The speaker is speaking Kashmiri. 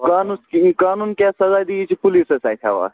قانوٗن کِہیٖنۍ قانوٗن کیٛاہ سزا دِیہِ یہِ چھُ پُلیٖسَس اَتھِ حوال